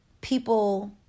people